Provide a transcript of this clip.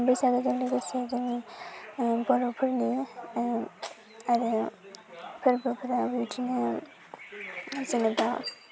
बैसागुजों लोगोसे जोंनि बर'फोरनि आरो फोरबोफोरा बिदिनो जेनेबा